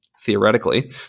theoretically